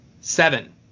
Seven